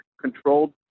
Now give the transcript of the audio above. controlled